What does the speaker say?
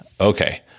Okay